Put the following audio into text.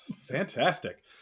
Fantastic